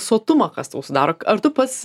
sotumą kas tau sudaro ar tu pats